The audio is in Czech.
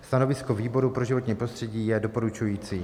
Stanovisko výboru pro životní prostředí je doporučující.